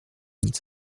nic